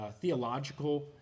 theological